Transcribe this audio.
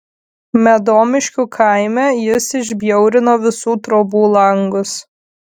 medomiškių kaime jis išbjaurino visų trobų langus